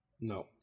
No